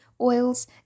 oils